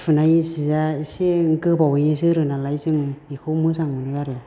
सुनाय जिया एसे गोबावैनो जोरो नालाय जों बेखौ मोजां मोनो आरो